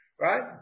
right